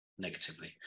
negatively